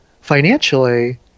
financially